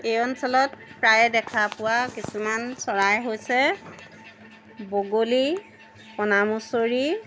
এই অঞ্চলত প্ৰায়ে দেখা পোৱা কিছুমান চৰাই হৈছে বগলী কণামুচৰি